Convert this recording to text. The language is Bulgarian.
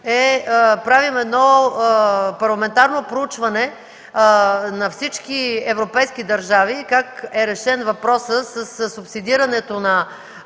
правим едно парламентарно проучване на всички европейски държави – как е решен въпросът със субсидирането на